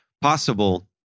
possible